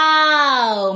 Wow